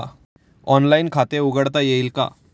Online खाते उघडता येईल का?